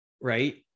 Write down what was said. right